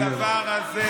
והדבר הזה,